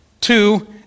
Two